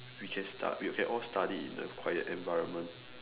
we can stu~ we can all study in a quiet environment